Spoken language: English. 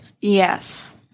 Yes